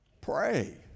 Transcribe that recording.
Pray